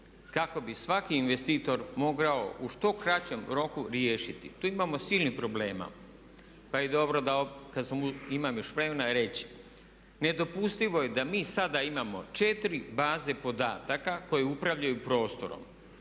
kako bi svaki investitor mogao u što kraćem roku riješiti. Tu imamo silnih problema pa je dobro što imam još vremena reći. Nedopustivo je da mi sada imamo 4 baze podataka koje upravljaju prostorom,